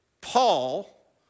Paul